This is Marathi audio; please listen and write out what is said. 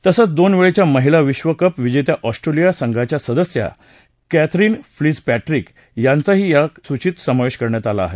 तसंच दोन वेळच्या महिला विधकप विजेत्या ऑस्ट्रेलिया संघाच्या सदस्या कॅथरिन फ्लिझपॅट्रिक यांचा ही समावेश करण्यात आला आहे